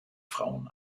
frauen